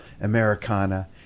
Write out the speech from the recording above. Americana